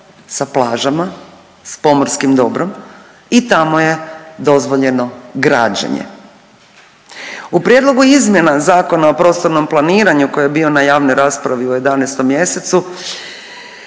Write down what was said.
sa plažama, s pomorskim dobrom i tamo je dozvoljeno građenje. U prijedlogu izmjena Zakona o prostornom planiranju koji je bio na javnoj raspravi u 11. mjesecu